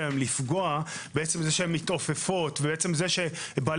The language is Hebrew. ויכולתן לפגוע בעצם זה שהן מתעופפות וזה שבעלי